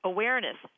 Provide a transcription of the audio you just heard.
Awareness